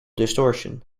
distortion